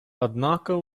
однако